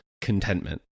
contentment